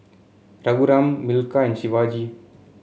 Raghuram Milkha and Shivaji